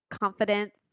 confidence